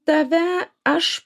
tave aš